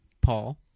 Paul